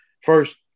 first